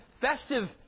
festive